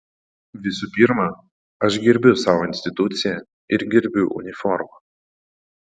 visų pirma aš gerbiu savo instituciją ir gerbiu uniformą